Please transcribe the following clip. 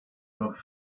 noch